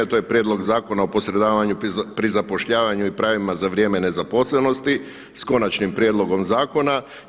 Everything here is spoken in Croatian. To je Prijedlog zakona o posredovanju pri zapošljavanju i pravima za vrijeme nezaposlenosti s konačnim prijedlogom zakona.